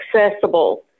accessible